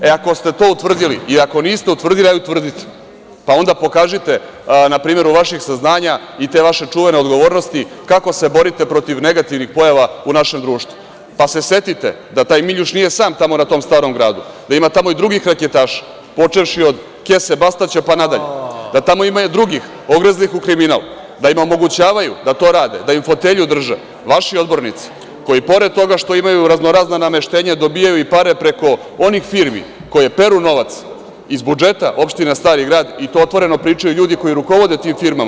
Ako ste to utvrdili i ako niste utvrdili, hajde utvrdite, pa onda pokažite na primeru vaših saznanja i te vaše čuvene odgovornosti kako se borite protiv negativnih pojava u našem društvu, pa se setite da taj Miljuš nije sam tamo na tom Starom gradu, da ima tamo i drugih reketaša, počevši od kese Bastaća pa nadalje, da tamo ima i drugih ogrezlih u kriminal, da im omogućavaju da to rade, da im fotelju drže vaši odbornici koji, pored toga što imaju raznorazna nameštenja, dobijaju i pare preko onih firmi koje peru novac iz budžeta opštine Stari grad, i to otvoreno pričaju ljudi koji rukovode tim firmama.